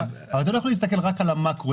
אתה לא יכול להסתכל רק על המאקרו,